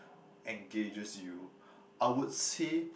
engages you I would say